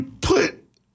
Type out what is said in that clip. put